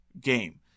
Game